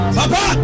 Papa